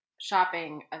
shopping